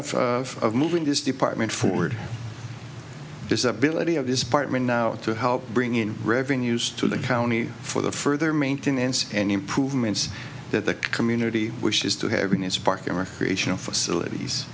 point of moving this department forward visibility of this apartment now to help bring in revenues to the county for the further maintenance and improvements that the community wishes to having its park and recreational facilities